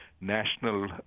national